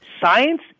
science